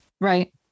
Right